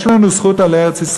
יש לנו זכות על ארץ-ישראל,